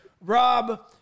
Rob